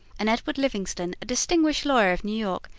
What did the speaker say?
and edward livingston, a distinguished lawyer of new york,